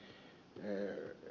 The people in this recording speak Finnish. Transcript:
kyllä olen ed